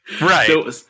Right